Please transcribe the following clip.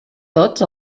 tots